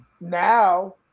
now